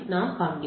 என்ன பார்க்கிறோம்